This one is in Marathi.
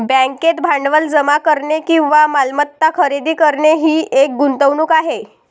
बँकेत भांडवल जमा करणे किंवा मालमत्ता खरेदी करणे ही एक गुंतवणूक आहे